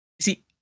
See